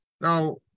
now